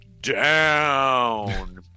down